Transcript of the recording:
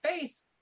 face